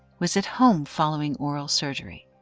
was at home following oral surgery,